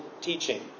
teaching